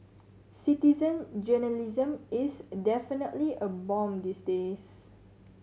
citizen journalism is definitely a boom these days